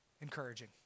Encouraging